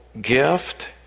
gift